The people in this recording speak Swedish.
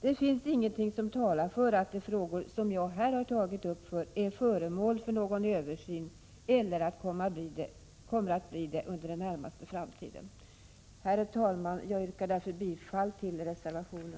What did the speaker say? Det finns ingenting som talar för att de frågor som jag här har tagit upp är föremål för någon översyn eller kommer att bli det under den närmaste framtiden. Herr talman! Jag yrkar bifall till reservationen.